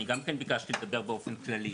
אני גם כן ביקשתי לדבר באופן כללי.